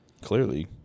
clearly